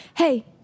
Hey